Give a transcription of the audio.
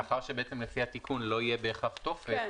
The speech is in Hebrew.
מאחר שלפי התיקון לא יהיה בהכרח טופס,